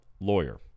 lawyer